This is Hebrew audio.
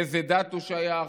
לאיזו דת הוא שייך.